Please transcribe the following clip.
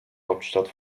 hauptstadt